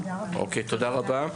אוקיי, תודה רבה.